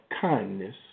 kindness